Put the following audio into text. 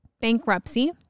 Bankruptcy